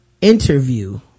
interview